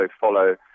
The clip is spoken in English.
follow